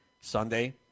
Sunday